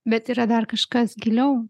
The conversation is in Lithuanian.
bet yra dar kažkas giliau